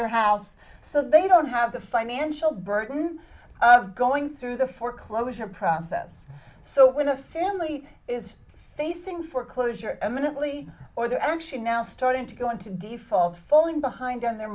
their house so they don't have the financial burden of going through the foreclosure process so when a family is facing foreclosure imminently or they're actually now starting to go into default falling behind on their